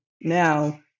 now